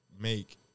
make